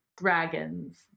dragons